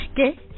Okay